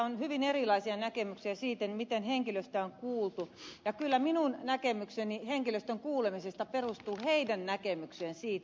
on hyvin erilaisia näkemyksiä siitä miten henkilöstöä on kuultu ja kyllä minun näkemykseni henkilöstön kuulemisesta perustuu heidän näkemykseensä siitä